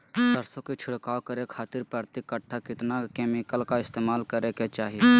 सरसों के छिड़काव करे खातिर प्रति कट्ठा कितना केमिकल का इस्तेमाल करे के चाही?